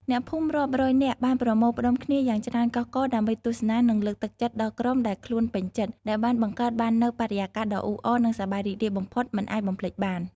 អ្នកភូមិរាប់រយនាក់បានប្រមូលផ្តុំគ្នាយ៉ាងច្រើនកុះករដើម្បីទស្សនា និងលើកទឹកចិត្តដល់ក្រុមដែលខ្លួនពេញចិត្ត ដែលបានបង្កើតបាននូវបរិយាកាសដ៏អ៊ូអរនិងសប្បាយរីករាយបំផុតមិនអាចបំភ្លេចបាន។